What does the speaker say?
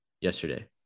yesterday